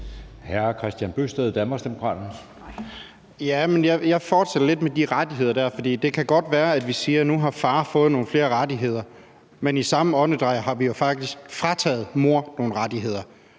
15:43 Kristian Bøgsted (DD): Jeg fortsætter lidt med de der rettigheder, for det kan godt være, vi siger, at nu har far fået nogle flere rettigheder, men i samme åndedrag har vi jo faktisk frataget mor nogle rettigheder.